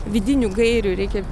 vidinių gairių reikia